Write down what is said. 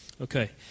Okay